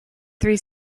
three